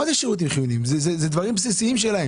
מדובר על דברים בסיסים.